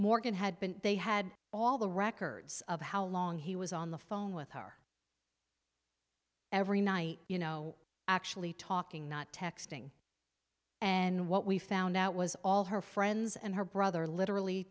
morgan had been they had all the records of how long he was on the phone with her every night you know actually talking not texting and what we found out was all her friends and her brother literally